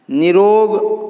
निरोग